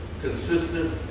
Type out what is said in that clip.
consistent